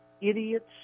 idiots